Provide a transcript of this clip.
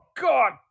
God